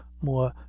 more